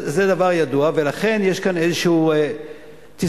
זה דבר ידוע, ולכן יש כאן איזו תסבוכת.